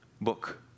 book